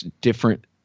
different